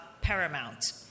paramount